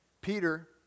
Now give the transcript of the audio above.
Peter